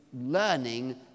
learning